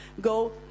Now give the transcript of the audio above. go